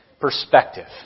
Perspective